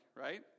right